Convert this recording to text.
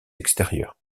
extérieur